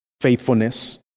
faithfulness